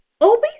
Obi